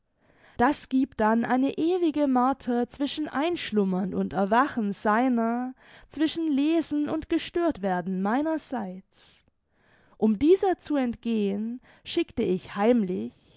das giebt dann eine ewige marter zwischen einschlummern und erwachen seiner zwischen lesen und gestörtwerden meinerseits um dieser zu entgehen schickte ich heimlich